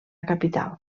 capital